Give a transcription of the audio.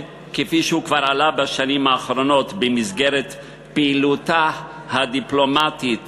כפי שהוא כבר עלה בשנים האחרונות במסגרת פעילותן הדיפלומטית